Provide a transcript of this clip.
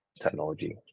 technology